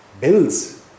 bills